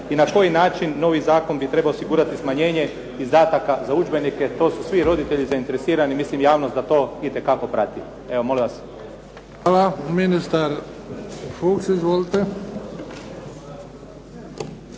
i na koji način novi Zakon bi trebao osigurati smanjenje izdataka za udžbenike? To su svi roditelji zainteresirani, mislim javnost da to itekako prati. Evo molim vas. **Bebić, Luka (HDZ)** Hvala. Ministar Fuchs. Izvolite.